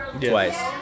Twice